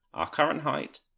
our current height,